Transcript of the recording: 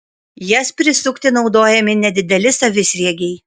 jas prisukti naudojami nedideli savisriegiai